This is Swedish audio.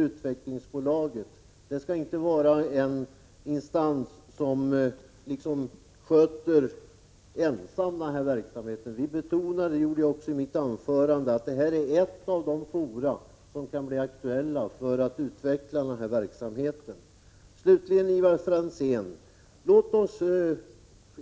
Utvecklingsbolaget skall då inte vara en instans som ensamt sköter denna verksamhet. Vi betonar, som jag också gjorde i mitt anförande, att detta är ett av de fora som kan bli aktuella för att utveckla verksamheten. Låt oss